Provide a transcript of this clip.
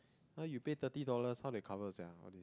now you pay thirty dollars how they cover sia